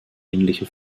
ähnliche